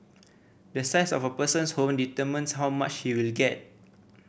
the size of a person's home determines how much he will get